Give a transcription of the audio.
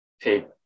take